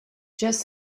just